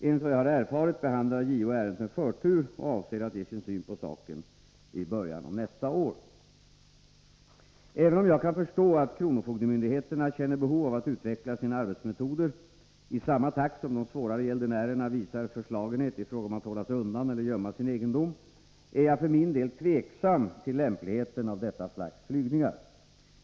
Enligt vad jag har erfarit behandlar JO ärendet med förtur och avser att ge sin syn på saken i början av nästa år. Även om jag kan förstå att kronofogdemyndigheterna känner behov av att utveckla sina arbetsmetoder i samma takt som de gäldenärer som ligger bakom de svårare ärendena visar förslagenhet i fråga om att hålla sig undan eller gömma sin egendom, är jag för min del tveksam till lämpligheten av detta slags flygningar.